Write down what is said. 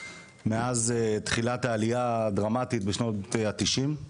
מאז תחילת העלייה הדרמטית בשנות ה-90.